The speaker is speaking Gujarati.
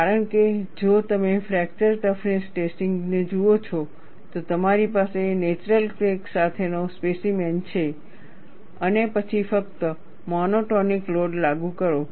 કારણ કે જો તમે ફ્રેક્ચર ટફનેસ ટેસ્ટિંગ ને જુઓ છો તો તમારી પાસે નેચરલ ક્રેક સાથેનો સ્પેસીમેન છે અને પછી ફક્ત મોનોટોનિક લોડ લાગુ કરો